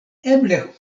eble